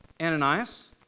Ananias